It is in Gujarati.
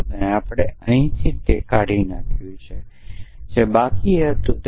તેથી S અહીંથી કાઢી નાખ્યો અને જે બાકી છે તે